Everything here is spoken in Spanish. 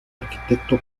arquitecto